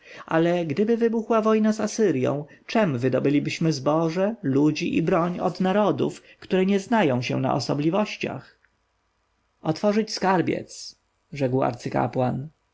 ale gdyby wybuchła wojna z asyrją czem wydobylibyśmy zboże ludzi i broń od narodów które nie znają się na osobliwościach otworzyć skarbiec rzekł arcykapłan